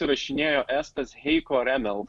įrašinėjo estas